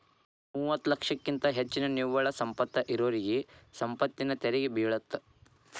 ಮೂವತ್ತ ಲಕ್ಷಕ್ಕಿಂತ ಹೆಚ್ಚಿನ ನಿವ್ವಳ ಸಂಪತ್ತ ಇರೋರಿಗಿ ಸಂಪತ್ತಿನ ತೆರಿಗಿ ಬೇಳತ್ತ